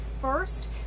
first